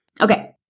Okay